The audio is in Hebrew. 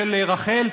של רחל,